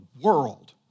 world